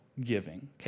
giving